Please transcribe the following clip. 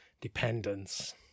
dependence